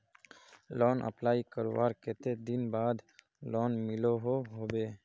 Loan apply करवार कते दिन बाद लोन मिलोहो होबे?